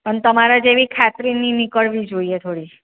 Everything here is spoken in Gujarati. અને તમારા જેવી ખાતરીની નીકળવી જોઈએ થોડી